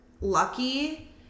lucky